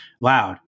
loud